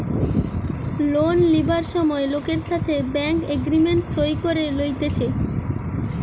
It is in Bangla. লোন লিবার সময় লোকের সাথে ব্যাঙ্ক এগ্রিমেন্ট সই করে লইতেছে